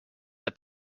the